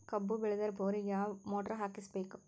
ಕಬ್ಬು ಬೇಳದರ್ ಬೋರಿಗ ಯಾವ ಮೋಟ್ರ ಹಾಕಿಸಬೇಕು?